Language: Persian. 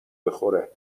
بخوره